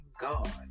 God